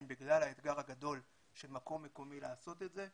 בגלל האתגר הגדול של מקום מקומי לעשות את זה.